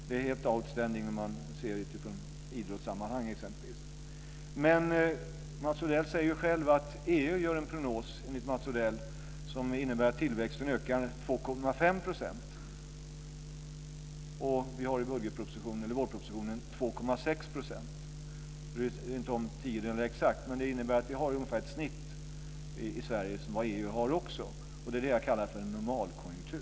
Det är helt outstanding när man ser det exempelvis utifrån idrottssammanhang. Mats Odell säger själv att EU gör en prognos som innebär att tillväxten ökar med 2,5 %. Vi har i vårpropositionen 2,6 %- vi bryr oss inte om tiondelar exakt. Det innebär att vi har ett snitt i Sverige, som EU också har, och det är vad jag kallar normalkonjunktur.